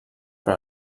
per